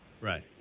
Right